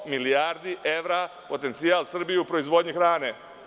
Sto milijardi evra potencijal Srbije u proizvodnji hrane.